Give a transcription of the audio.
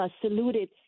saluted